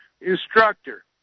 instructor